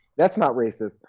that's not racist.